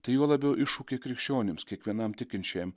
tai juo labiau iššūkį krikščionims kiekvienam tikinčiajam